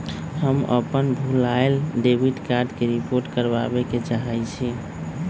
हम अपन भूलायल डेबिट कार्ड के रिपोर्ट करावे के चाहई छी